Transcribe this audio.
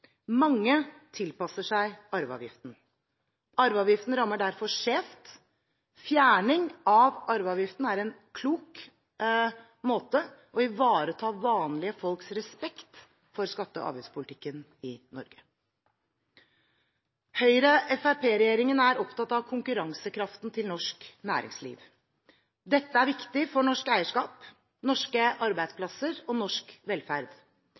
Mange tilpasser seg arveavgiften. Arveavgiften rammer derfor skjevt. Fjerning av arveavgiften er en klok måte å ivareta vanlige folks respekt for skatte- og avgiftspolitikken i Norge på. Høyre–Fremskrittsparti-regjeringen er opptatt av konkurransekraften til norsk næringsliv. Dette er viktig for norsk eierskap, norske arbeidsplasser og norsk velferd.